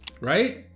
right